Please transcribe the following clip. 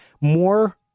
more